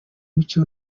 mucyo